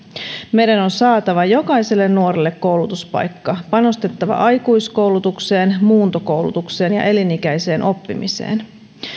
meidän on saatava jokaiselle nuorelle koulutuspaikka panostettava aikuiskoulutukseen muuntokoulutukseen ja elinikäiseen oppimiseen